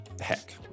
Heck